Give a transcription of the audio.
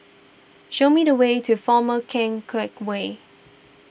show me the way to former Keng Teck Whay